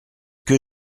que